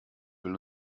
will